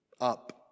up